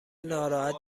ناراحت